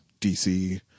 DC